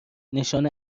نشان